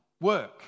work